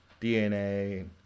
DNA